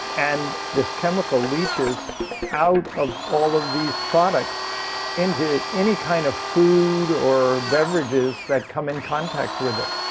and this chemical leaches out of all of these products into any kind of food or beverages that come in contact with it.